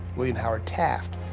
william howard taft.